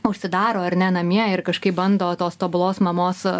užsidaro ar ne namie ir kažkaip bando tos tobulos mamos